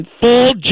full